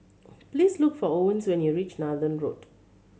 please look for Owens when you reach Nathan Road